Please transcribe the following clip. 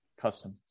Custom